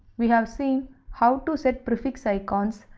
we have seen how to set prefix icons,